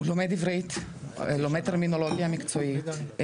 הוא לומד עברית, לומד טרמינולוגיה מקצועית.